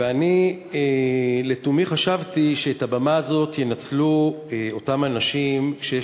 ואני לתומי חשבתי שאת הבמה הזאת ינצלו אותם אנשים שיש